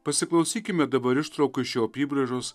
pasiklausykime dabar ištraukų iš jo apybraižos